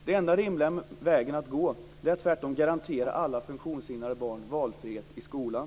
Den enda rimliga vägen att gå är tvärtom att garantera alla funktionshindrade barn valfrihet i skolan.